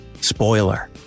Spoiler